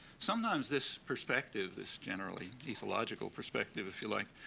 sometimes this perspective, this generally ecological perspective, if you like,